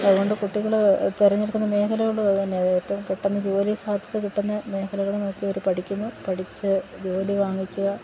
അതുകൊണ്ട് കുട്ടികള് തെരഞ്ഞെടുക്കുന്ന മേഖലകള് അത് തന്നെയാണ് ഏറ്റവും പെട്ടെന്ന് ജോലി സാധ്യത കിട്ടുന്ന മേഖലകള് നോക്കി അവര് പഠിക്കുന്നു പഠിച്ച് ജോലി വാങ്ങിക്കുക